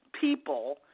people –